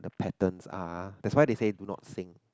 the patterns are that's why they said do not sing